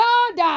God